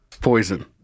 Poison